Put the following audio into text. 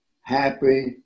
Happy